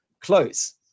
Close